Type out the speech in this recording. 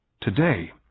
Today